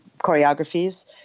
choreographies